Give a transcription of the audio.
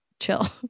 chill